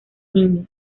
niños